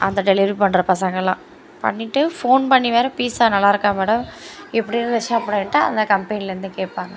அந்த டெலிவரி பண்ணுற பசங்களெலாம் பண்ணிட்டு ஃபோன் பண்ணி வேறு பீஸா நல்லாயிருக்கா மேடம் எப்படி இருந்துச்சு அப்படின்ட்டு அந்த கம்பெனிலேருந்து கேட்பாங்க